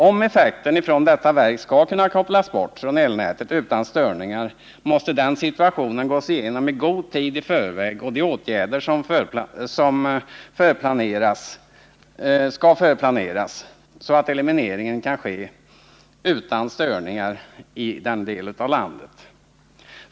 Om effekten från detta verk utan störningar skall kunna kopplas bort från elnätet, måste situationen gås igenom i god tid i förväg och de åtgärder förplaneras som kan eliminera störningar i elförsörjningen i denna del av landet.